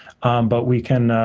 but, we can,